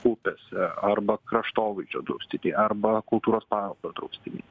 upėse arba kraštovaizdžio draustiniai arba kultūros paveldo draustiniai